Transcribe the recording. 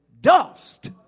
dust